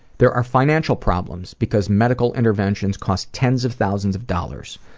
there are financial problems, because medical interventions cost tens of thousands of dollars.